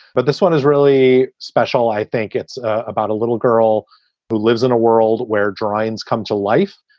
but this one is really special. i think it's about a little girl who lives in a world where dreams come to life,